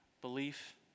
Belief